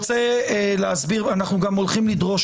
חברים, אנחנו הולכים לדרוש